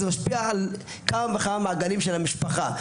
וזה משפיע על כמה וכמה מעגלים של המשפחה.